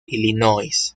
illinois